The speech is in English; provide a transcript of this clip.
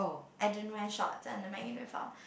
I didn't wear shorts under my uniform